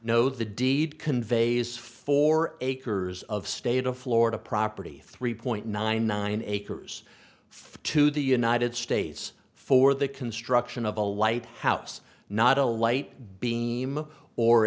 no the deed conveys four acres of state of florida property three point nine nine acres to the united states for the construction of a lighthouse not a light beam or